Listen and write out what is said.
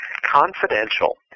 Confidential